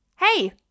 hey